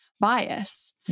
bias